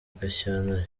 gashyantare